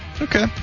Okay